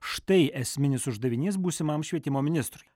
štai esminis uždavinys būsimam švietimo ministrui